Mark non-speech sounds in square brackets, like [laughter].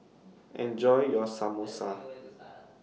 Enjoy your Samosa [noise]